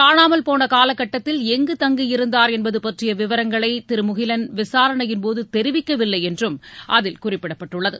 காணாமல் போன கால கட்டத்தில் ளங்கு தங்கியிருந்தார் என்பது பற்றிய விவரங்களை திரு முகிலன் விசாரணையின்போது தெரிவிக்கவில்லை என்றும் அதில் குறிப்பிடப்பட்டுள்ளது